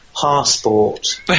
passport